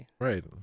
Right